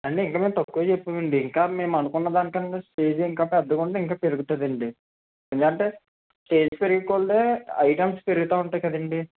అండి ఇంకా మేం తక్కువే చెప్పామండి ఇంకా మేము అనుకున్నదానికన్నా స్టేజ్ ఇంకా పెద్దగుంది ఇంకా పెరుగుతుందండి ఎందుకంటే స్టేజ్ పెరిగేకొలదీ ఐటమ్స్ పెరుగుతా ఉంటాయి కదండి